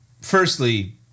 firstly